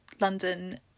London